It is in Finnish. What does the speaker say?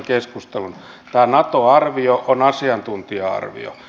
tämä nato arvio on asiantuntija arvio